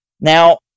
Now